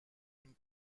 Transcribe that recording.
une